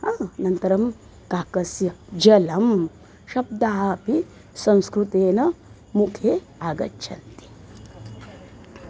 ह अनन्तरं काकस्य जलं शब्दाः अपि संस्कृतेन मुखे आगच्छन्ति